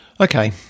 Okay